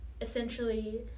essentially